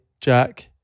Jack